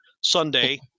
Sunday